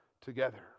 together